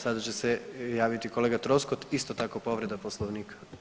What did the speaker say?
Sada će se javiti kolega Troskot isto tako povreda Poslovnika.